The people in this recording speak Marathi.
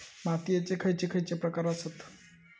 मातीयेचे खैचे खैचे प्रकार आसत?